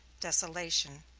desolation,